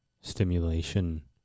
stimulation